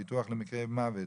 ביטוח למקרי מוות,